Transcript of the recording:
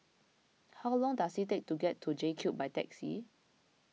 how long does it take to get to J Cube by taxi